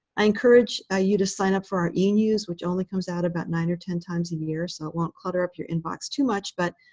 i encourage ah you to sign up for our e-news, which only comes out about nine or ten times a year, so it won't clutter up your inbox too much. but